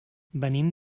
venim